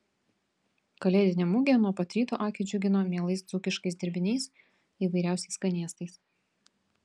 kalėdinė mugė nuo pat ryto akį džiugino mielais dzūkiškais dirbiniais įvairiausiais skanėstais